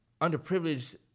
underprivileged